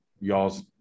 y'all's